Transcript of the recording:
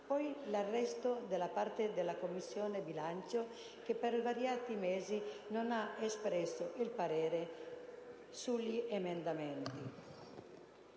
Poi, l'arresto da parte della Commissione bilancio che, per svariati mesi, non ha espresso il parere sugli emendamenti.